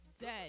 dead